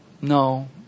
No